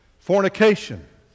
fornication